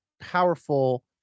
powerful